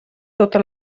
tota